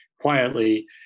quietly